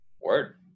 word